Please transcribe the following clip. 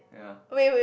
yeah